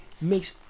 makes